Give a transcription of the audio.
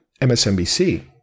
MSNBC